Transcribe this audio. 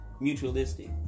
mutualistic